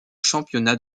championnat